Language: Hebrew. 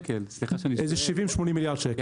איזה 70-80 מיליארד שקלים.